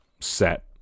set